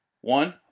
One